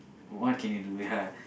what what can you do ya